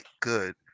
good